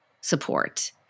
support